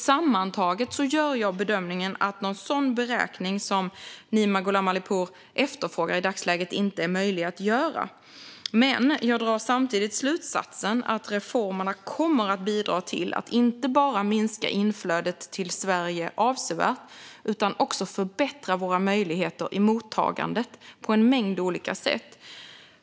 Sammantaget gör jag alltså bedömningen att en sådan beräkning som Nima Gholam Ali Pour efterfrågar i dagsläget inte är möjlig att göra, men jag drar samtidigt slutsatsen att reformerna kommer att bidra till att inte bara minska inflödet till Sverige avsevärt utan också förbättra möjligheterna i mottagandet på en mängd olika sätt.